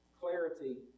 clarity